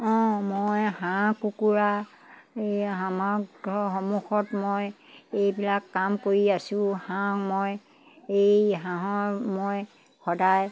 অঁ মই হাঁহ কুকুৰা এই আমাৰ ঘৰৰ সন্মুখত মই এইবিলাক কাম কৰি আছোঁ হাঁহ মই এই হাঁহৰ মই সদায়